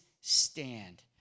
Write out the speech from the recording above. stand